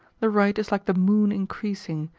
the right is like the moon increasing,